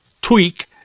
tweak